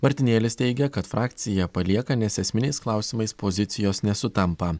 martinėlis teigia kad frakciją palieka nes esminiais klausimais pozicijos nesutampa